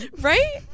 right